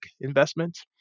investments